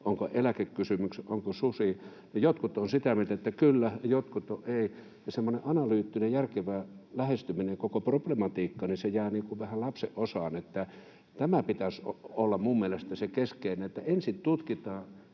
onko eläkekysymykset, onko susi — jotkut ovat sitä mieltä, että kyllä, jotkut että ei, ja semmoinen analyyttinen järkevä lähestyminen koko problematiikkaan jää vähän lapsen osaan. Tämän pitäisi olla minun mielestäni se keskeinen asia, että ensin tutkitaan